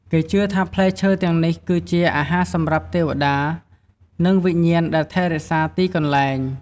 គេជឿថាផ្លែឈើទាំងនេះគឺជា អាហារសម្រាប់ទេវតា និងវិញ្ញាណដែលថែរក្សាទីកន្លែង។